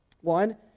One